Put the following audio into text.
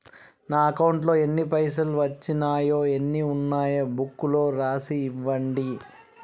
నా అకౌంట్లో ఎన్ని పైసలు వచ్చినాయో ఎన్ని ఉన్నాయో బుక్ లో రాసి ఇవ్వండి?